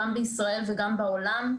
גם בישראל וגם בעולם.